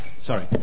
sorry